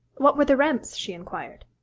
what were the rents? she inquired.